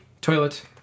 toilet